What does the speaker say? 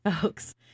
folks